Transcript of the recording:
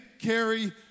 carry